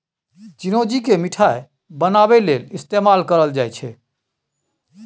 चिरौंजी केँ मिठाई बनाबै लेल इस्तेमाल कएल जाई छै